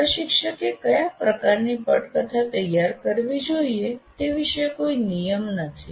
પ્રશિક્ષકે કયા પ્રકારની પટકથા તૈયાર કરવી જોઈએ તે વિષે કોઈ નિયમ નથી